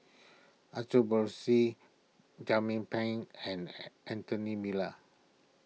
Pang and Anthony Miller